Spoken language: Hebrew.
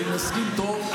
את יושב-ראש האופוזיציה,